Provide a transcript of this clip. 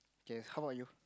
okay how about you